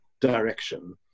direction